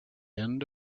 end